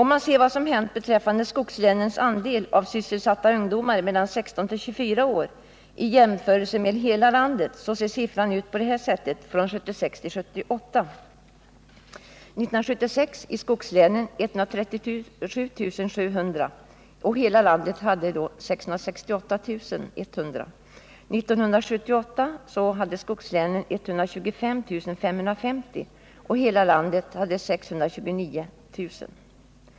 Siffrorna över vad som hänt beträffande skogslänens andel av sysselsatta ungdomar mellan 16 och 24 år i jämförelse med hela landet ser ut på detta sätt: År 1976 var siffran för skogslänen 137 000 och för hela landet 668 000. År 1978 var siffran för skogslänen 125 550 sysselsatta ungdomar och för hela landet 629 000.